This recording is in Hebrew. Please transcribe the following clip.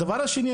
הדבר השני,